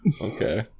Okay